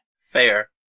Fair